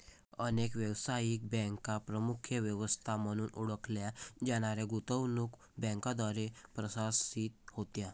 अनेक व्यावसायिक बँका प्रमुख व्यवस्था म्हणून ओळखल्या जाणाऱ्या गुंतवणूक बँकांद्वारे प्रशासित होत्या